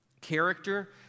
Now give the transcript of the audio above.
character